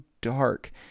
dark